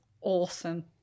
awesome